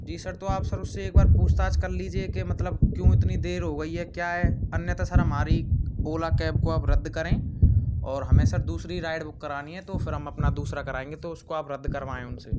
जी sir तो आप sir उससे एक बार पूछताछ कर लीजिए के मतलब क्यों इतनी देर हो गई है क्या है अन्यथा सर हमारी ओला कैब को आप रद्द करें और हमें सर दूसरी राइड बुक करानी है तो फिर हम अपना दूसरा कराएँगे तो उसको आप रद्द करवाएँ उनसे